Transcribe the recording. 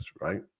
right